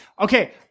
Okay